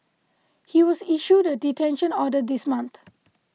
he was issued a detention order this month